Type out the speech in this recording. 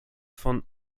von